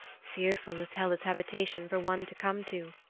fearful is hela's habitation for one to come to,